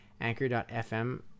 anchor.fm